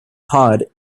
pod